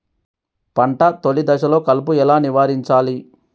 పంట తొలి దశలో కలుపు ఎలా నివారించాలి?